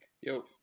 yo